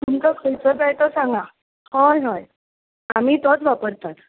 तुमकां खंयचो जाय तो सांगांत हय हय आमी तोंच वापरतात